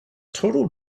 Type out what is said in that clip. total